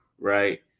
Right